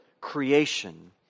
creation